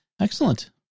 Excellent